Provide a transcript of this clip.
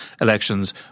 elections